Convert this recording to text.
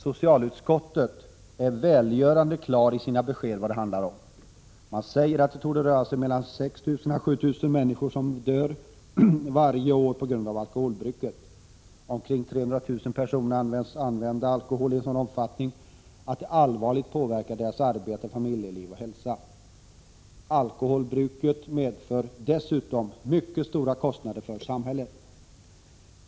Socialutskottet är välgörande klart i sina besked om vad det handlar om. Man säger att det torde röra sig om 6 000—7 000 människor som varje år dör på grund av alkoholbruket. Omkring 300 000 personer beräknas använda alkohol i en sådan omfattning att det allvarligt påverkar deras arbete, familjeliv och hälsa. Alkoholbruket medför dessutom mycket stora kostnader för samhället.